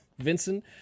Vincent